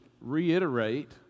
reiterate